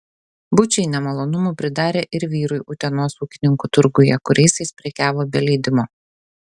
bučiai nemalonumų pridarė ir vyrui utenos ūkininkų turguje kuriais jis prekiavo be leidimo